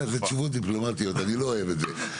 אלה תשובות דיפלומטיות, אני לא אוהב את זה.